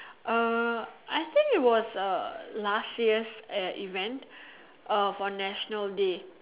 uh I think it was uh last year's eh event uh for national day